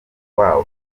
rwabo